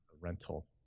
rental